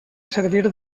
servir